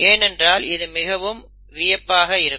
ஏனென்றால் இது மிகவும் வியப்பாக இருக்கும்